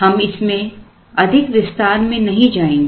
हम इसमें अधिक विस्तार में नहीं जाएंगे